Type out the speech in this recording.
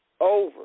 Over